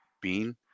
bean